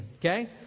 okay